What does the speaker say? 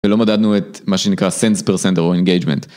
ולא מדדנו את מה שנקרא Sense Percentage או Engagement.